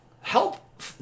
help